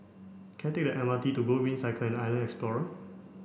can I take the M R T to Gogreen Cycle and Island Explorer